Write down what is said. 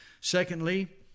Secondly